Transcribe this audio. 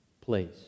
place